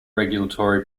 regulatory